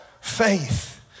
Faith